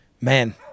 man